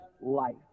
life